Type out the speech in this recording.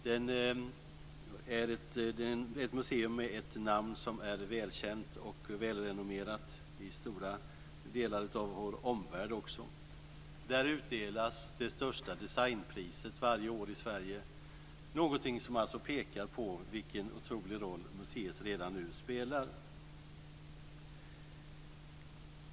Det är ett museum med ett namn som är välkänt och välrenommerat i stora delar även av vår omvärld. Där utdelas det största designpriset i Sverige varje år, någonting som alltså pekar på vilken otrolig roll som museet redan nu spelar.